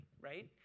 right